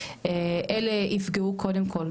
אלה ייפגעו קודם כל,